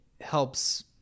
helps